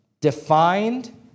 defined